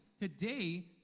today